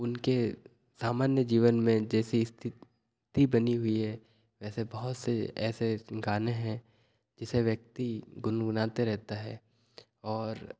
उनके सामान्य जीवन में जैसी स्थिति बनी हुई है ऐसे बहुत से ऐसे गाने हैं जिसे व्यक्ति गुनगुनाते रहता है और